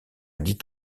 dit